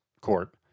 Court